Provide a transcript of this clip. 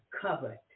covered